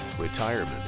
Retirement